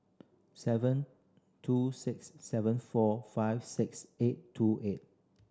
seven two six seven four five six eight two eight